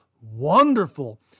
wonderful